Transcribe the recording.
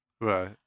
Right